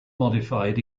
modified